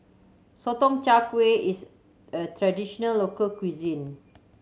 Sotong Char Kway is a traditional local cuisine